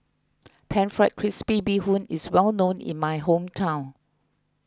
Pan Fried Crispy Bee Bee Hoon is well known in my hometown